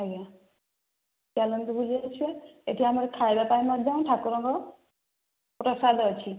ଆଜ୍ଞା ଚାଲନ୍ତୁ ବୁଲି ଆସିବା ଏଠି ଆମର ଖାଇବା ପାଇଁ ମଧ୍ୟ ଠାକୁରଙ୍କ ପ୍ରସାଦ ଅଛି